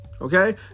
Okay